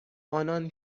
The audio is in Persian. آنان